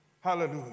Hallelujah